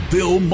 Bill